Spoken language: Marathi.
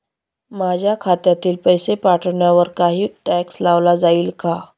माझ्या खात्यातील पैसे पाठवण्यावर काही टॅक्स लावला जाईल का?